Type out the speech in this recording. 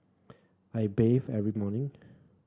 I bathe every morning